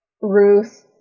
Ruth